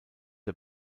der